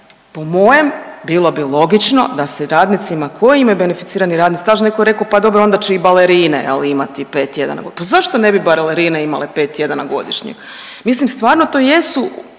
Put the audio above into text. Po mojem bilo bi logično da se radnicima koji imaju beneficirani radni staž, netko je rekao pa dobro onda će i balerine jel imati 5 tjedana godišnjeg, pa zašto ne bi balerine imale 5 tjedana godišnjeg. Mislim stvarno to jesu